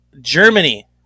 Germany